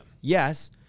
Yes